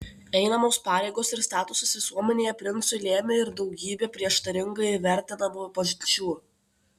einamos pareigos ir statusas visuomenėje princui lėmė ir daugybę prieštaringai vertinamų pažinčių